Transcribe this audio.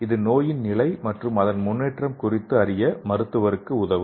இது நோயின் நிலை மற்றும் அதன் முன்னேற்றம் குறித்து அறிய மருத்துவருக்கு உதவும்